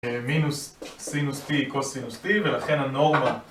מינוס סינוס T קוסינוס T, ולכן הנורמה...